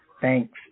thanks